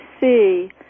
see